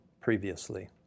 previously